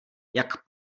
jak